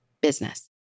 business